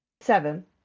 Seven